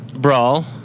Brawl